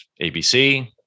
abc